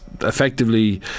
effectively